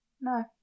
No